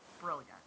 brilliant